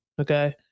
Okay